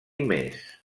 més